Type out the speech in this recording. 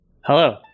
Hello